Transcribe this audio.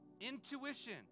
intuition